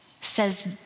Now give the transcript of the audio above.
says